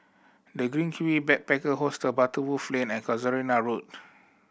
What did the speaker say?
The Green Kiwi Backpacker Hostel Butterworth Lane and Casuarina Road